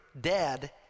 dead